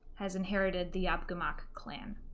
has inherited the op gimmick clan